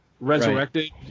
resurrected